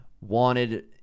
wanted